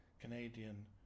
Canadian